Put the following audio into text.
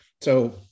So-